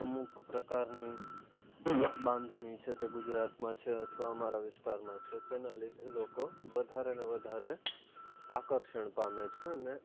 અમુક પ્રકારની બાંધણી છે તે ગુજરાતમાં છે અથવા મારા વિસ્તારમાં છે તેના લીધે લોકો વધારે ને વધારે આકર્ષણ પામે છે અને